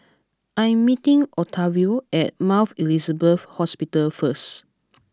I am meeting Octavio at Mount Elizabeth Hospital first